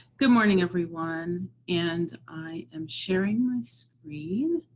good morning, everyone. and i am sharing my screen.